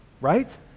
Right